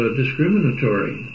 discriminatory